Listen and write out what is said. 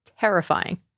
Terrifying